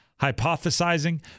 Hypothesizing